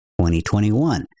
2021